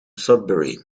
sudbury